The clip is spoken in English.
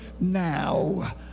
now